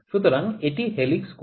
সুতরাং এটি হেলিক্স কোণ